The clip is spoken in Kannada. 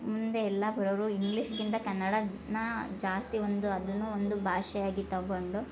ಮುಂದೆ ಎಲ್ಲ ಬರೋವರು ಇಂಗ್ಲೀಷ್ಗಿಂತ ಕನ್ನಡನ ಜಾಸ್ತಿ ಒಂದು ಅದನ್ನೂ ಒಂದು ಭಾಷೆಯಾಗಿ ತಗೊಂಡು